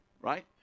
right